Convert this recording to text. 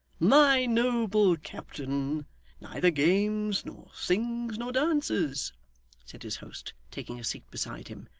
my noble captain neither games, nor sings, nor dances said his host, taking a seat beside him.